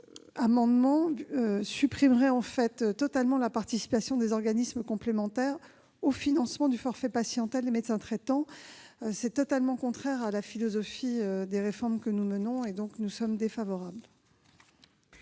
cet amendement supprimerait totalement la participation des organismes complémentaires au financement du forfait patientèle des médecins traitants. C'est totalement contraire à la philosophie des réformes que nous menons. C'est la raison